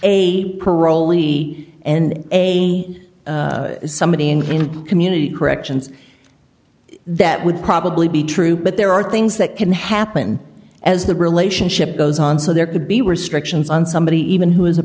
a parolee and a somebody in the community corrections that would probably be true but there are things that can happen as the relationship goes on so there could be restrictions on somebody even who is a